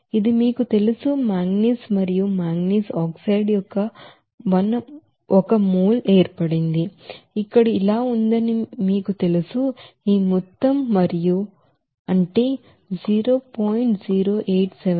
ఇది మీకు తెలుసు మాంగనీస్ మరియు మాంగనీస్ ఆక్సైడ్ యొక్క ఒక మోల్ ఏర్పడింది ఇక్కడ ఇలా ఉందని మీకు తెలుసు ఈ మొత్తం మరియు ఈ మొత్తం అంటే 0